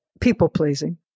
people-pleasing